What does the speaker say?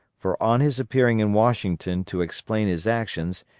for on his appearing in washington to explain his action,